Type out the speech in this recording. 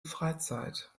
freizeit